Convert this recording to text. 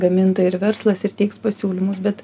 gamintojai ir verslas ir teiks pasiūlymus bet